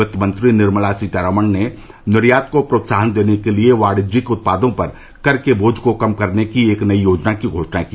वित्तमंत्री निर्मला सीतारामन ने निर्यात को प्रोत्साहन देने के लिए वाणिज्यिक उत्पादों पर कर के बोझ को कम करने की एक नई योजना की घोषणा की